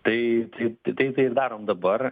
taip tai tai tais darom dabar